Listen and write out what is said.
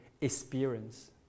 experience